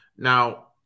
Now